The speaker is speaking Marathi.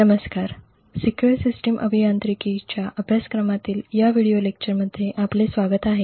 नमस्कार सिक्युअर सिस्टीम अभियांत्रिकीच्या अभ्यासक्रमातील या व्हिडिओ लेक्चरमध्ये आपले स्वागत आहे